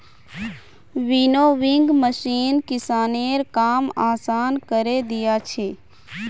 winnowing machine किसानेर काम आसान करे दिया छे